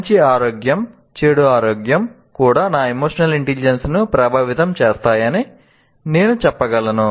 మంచి ఆరోగ్యం చెడు ఆరోగ్యం కూడా నా ఎమోషనల్ ఇంటెలిజెన్స్ ను ప్రభావితం చేస్తాయని నేను చెప్పగలను